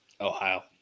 Ohio